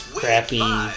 crappy